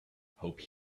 hope